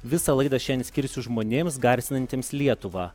visą laidą šiandien skirsiu žmonėms garsinantiems lietuvą